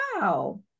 wow